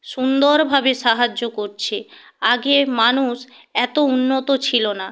সুন্দরভাবে সাহায্য করছে আগে মানুষ এত উন্নত ছিলো না